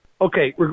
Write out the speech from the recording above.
Okay